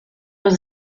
los